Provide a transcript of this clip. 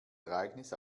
ereignis